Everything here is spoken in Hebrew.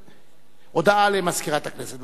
הודעה למזכירת הכנסת.